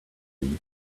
you